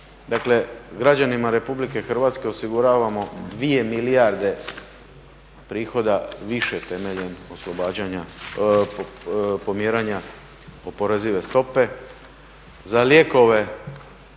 Dakle, građanima RH osiguravam 2 milijarde prihoda više temeljem oslobađanja, … oporezive stope. Za lijekove